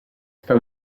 sta